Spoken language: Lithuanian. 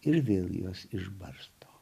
ir vėl juos išbarsto